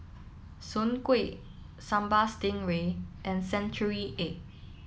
Soon Kuih Sambal Stingray and Century Egg